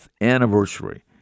anniversary